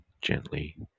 gently